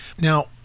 Now